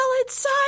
inside